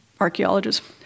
archaeologists